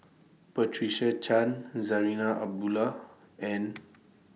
Patricia Chan Zarinah Abdullah and